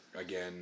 again